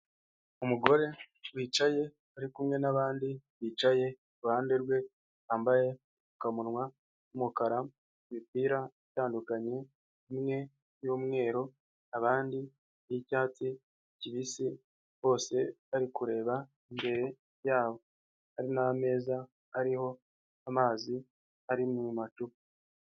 Umugore wicaye ari kumwe n'abandi bicaye iruhande rwe bambaye agapfukamuwa k'umukara imipira itandukanye imwe y'umweru abandi y'icyatsi kibisi bose bari kureba imbere yabo, hari n'ameza ariho amazi ari mumacupa.